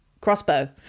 crossbow